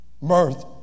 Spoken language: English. Mirth